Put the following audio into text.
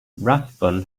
rathbun